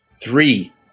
Three